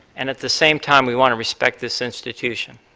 and at the same time, we want to respect this institution.